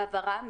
העברה.